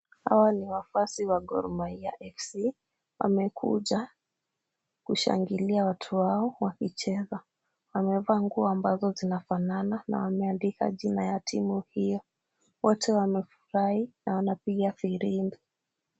Hawa ni wafuasi wa Gor Mahia FC. Wamekuja kushangilia watu wao wakicheza. Wamevaa nguo ambazo zinafanana na wameandika jina ya timu hiyo. Wote wamefurahi na wanapiga firimbi.